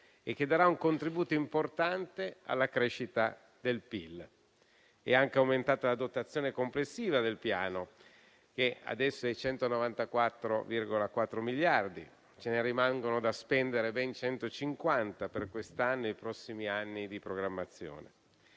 e che darà un contributo importante alla crescita del PIL. È anche aumentata la dotazione complessiva del Piano, che adesso è di 194,4 miliardi; ne rimangono da spendere ben 150 per quest'anno ed i prossimi anni di programmazione.